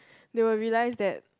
they will be like that